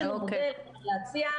יש לנו מודל להציע.